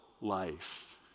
life